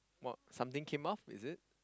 or something came off is it